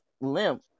limp